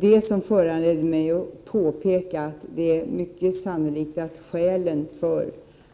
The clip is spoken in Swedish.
Det föranledde mig att påpeka att det är mycket sannolikt att skälen till